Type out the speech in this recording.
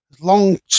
long